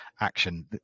action